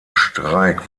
streik